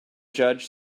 judge